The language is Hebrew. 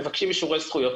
מבקשים אישורי זכויות,